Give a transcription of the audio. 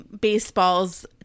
baseballs